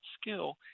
skill